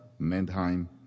Mendheim